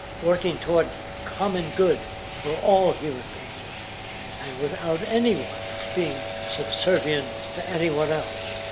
working toward common good for all human beings and without anyone being subservient to anyone else.